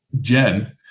Jen